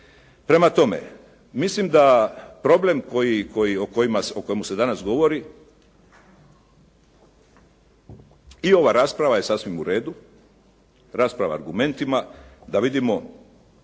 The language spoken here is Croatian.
Prema tome, mislim da problem o kojemu se danas govori i ova rasprava je sasvim u redu, rasprava argumentima da vidim